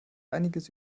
einiges